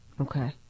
Okay